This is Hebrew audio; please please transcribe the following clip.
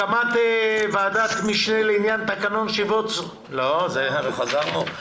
הקמת ועדת משנה לעידוד תעסוקה והכשרות מקצועיות זו הכותרת שרצית?